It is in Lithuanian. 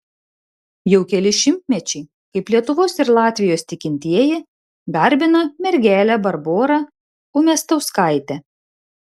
jau keli šimtmečiai kaip lietuvos ir latvijos tikintieji garbina mergelę barborą umiastauskaitę